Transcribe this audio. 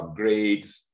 upgrades